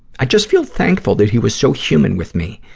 i just feel thankful that he was so human with me.